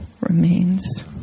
remains